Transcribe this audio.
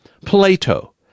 Plato